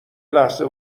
لحظه